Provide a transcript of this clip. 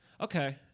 Okay